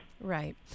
Right